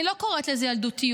אני לא קוראת לזה ילדותיות,